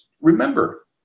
remember